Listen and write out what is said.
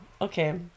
Okay